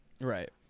Right